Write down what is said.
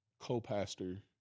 co-pastor